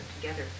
together